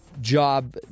job